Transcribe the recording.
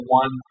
one